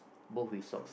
both with socks